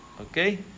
okay